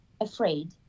afraid